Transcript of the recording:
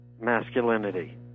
masculinity